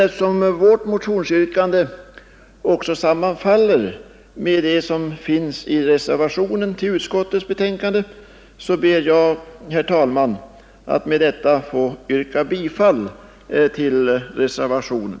Eftersom vårt motionsyrkande sammanfaller med det yrkande som finns i reservationen till utskottsbetänkandet ber jag, herr talman, att med detta få yrka bifall till reservationen.